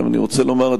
אני רוצה לומר,